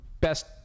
best